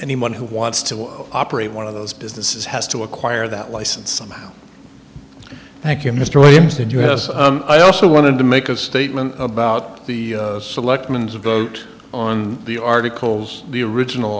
anyone who wants to operate one of those businesses has to acquire that license somehow thank you mr williams and you have i also wanted to make a statement about the selectmen vote on the articles the original